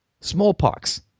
smallpox